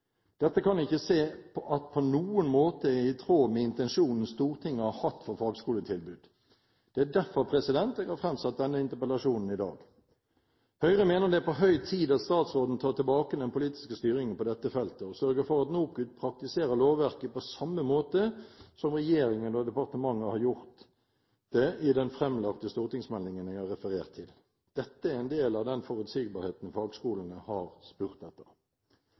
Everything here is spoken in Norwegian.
Dette kan jeg ikke se at på noen måte er i tråd med intensjonen Stortinget har hatt for fagskoletilbudet. Det er derfor jeg har framsatt denne interpellasjonen i dag. Høyre mener det er på høy tid at statsråden tar tilbake den politiske styringen på dette feltet og sørger for at NOKUT praktiserer lovverket på samme måte som regjeringen og departementet har gjort det i den framlagte stortingsmeldingen jeg har referert til. Dette er en del av den forutsigbarheten fagskolene har spurt etter.